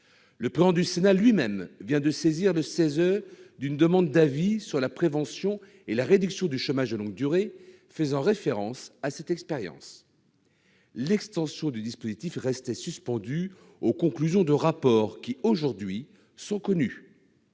social et environnemental) d'une demande d'avis sur la prévention et la réduction du chômage de longue durée, faisant référence à cette expérience. L'extension du dispositif restait suspendue aux conclusions de rapports qui, aujourd'hui, sont connues.